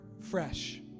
fresh